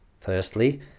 Firstly